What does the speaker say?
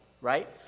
right